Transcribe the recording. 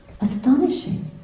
astonishing